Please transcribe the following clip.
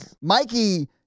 Mikey